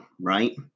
right